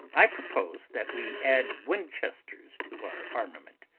i propose that we add winchesters to our armament.